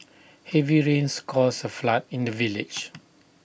heavy rains caused A flood in the village